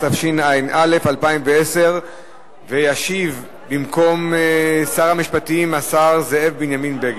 התשע"א 2010. ישיב במקום שר המשפטים השר זאב בנימין בגין.